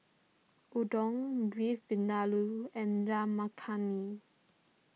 Udon Beef Vindaloo and Dal Makhani